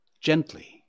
gently